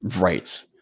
Right